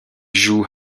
joue